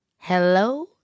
hello